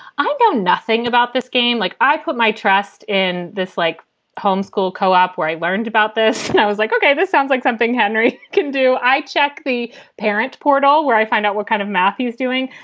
i know nothing about this game. like i put my trust in this, like homeschool co-op where i learned about this. and i was like, okay, this sounds like something henry can do. i check the parent portal where i find out what kind of math he is doing.